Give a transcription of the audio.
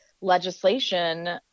legislation